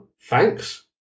Thanks